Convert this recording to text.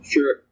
Sure